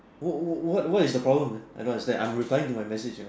what what what is the problem I don't understand I'm replying to my message you know